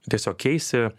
tiesiog keisi